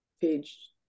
page